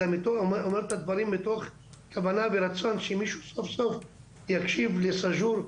אלא אומר אותם מתוך כוונה ורצון שמישהו סוף סוף יקשיב לסאג'ור.